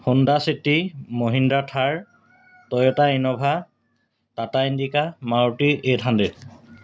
Honda city Mahindra Thar Toyota Innova Tata Indica Maruti eight hundred